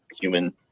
human